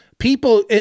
People